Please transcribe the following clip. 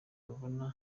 ubona